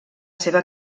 seva